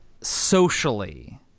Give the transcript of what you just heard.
socially